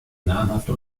namhafte